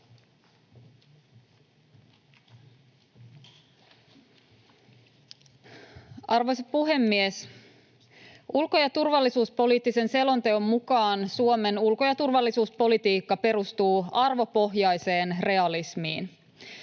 Arvoisa puhemies! Ulko- ja turvallisuuspoliittisen selonteon mukaan Suomen ulko- ja turvallisuuspolitiikka perustuu arvopohjaiseen realismiin.